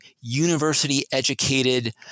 university-educated